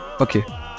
okay